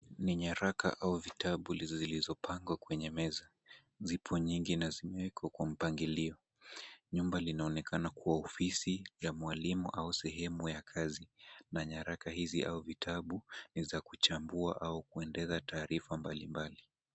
Ni nyaraka au vitabu ndizo zilizopangwa kwenye meza. Zipo nyingi na zimewekwa kwa mpangilio. Nyumba linaonekana kuwa ofisi ya mwalimu au sehemu ya kazi na nyaraka hizi au vitabu ni za kuchambua au kwendeza taarifa mbalimbali.